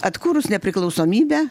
atkūrus nepriklausomybę